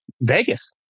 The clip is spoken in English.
Vegas